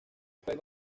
puede